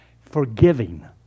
forgiving